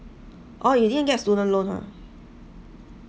oh you didn't get student loan !huh!